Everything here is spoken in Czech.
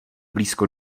blízko